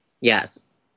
Yes